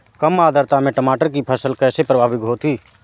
कम आर्द्रता में टमाटर की फसल कैसे प्रभावित होगी?